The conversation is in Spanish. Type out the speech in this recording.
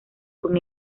con